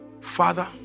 Father